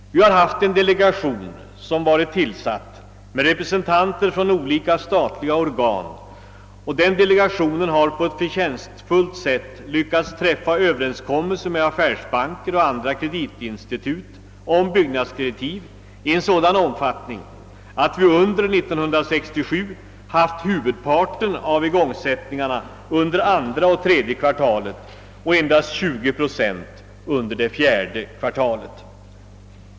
En delegation med representanter för olika statliga organ har på ett förtjänstfullt sätt lyckats träffa överenskommelser med affärsbanker och andra kreditinstitut om byggnadskreditiv i en sådan omfattning att huvudparten av igångsättningarna under 1967 skedde under andra och tredje kvartalen och endast 20 procent under det fjärde kvartalet.